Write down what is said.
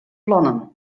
plannen